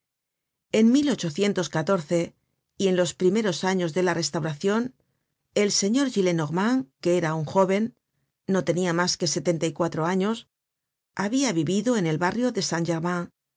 frivolo y grande en y en los primeros años de la restauracion el señor gillenormand que era aun jóven no tenia mas que setenta y cuatro años habia vivido en el barrio de san